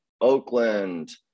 Oakland